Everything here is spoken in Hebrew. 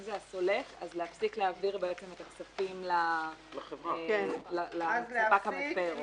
אם זה הסולק אז להפסיק להעביר בעצם את הכספים לספק המפר.